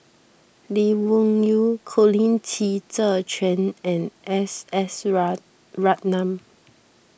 Lee Wung Yew Colin Qi Zhe Quan and S S Ratnam